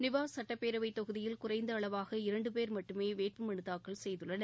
நிவாஷ் சட்டப்பேரவைத் தொகுதியில் குறைந்த அளவாக இரண்டு போ மட்டுமே வேட்புமனு தாக்கல் செய்துள்ளனர்